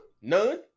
None